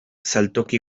saltoki